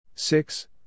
Six